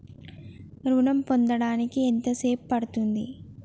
ఋణం పొందడానికి ఎంత సేపు పడ్తుంది?